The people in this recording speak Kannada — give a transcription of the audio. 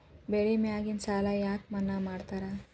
ಬೆಳಿ ಮ್ಯಾಗಿನ ಸಾಲ ಯಾಕ ಮನ್ನಾ ಮಾಡ್ತಾರ?